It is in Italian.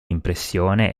impressione